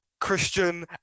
Christian